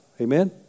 Amen